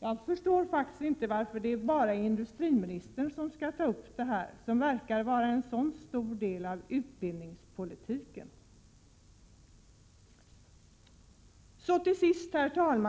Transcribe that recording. Jag förstår inte varför det är bara industriministern som skall behandla detta projekt som till så stor del verkar höra till utbildningspolitiken. Till sist